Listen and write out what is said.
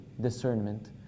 discernment